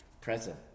present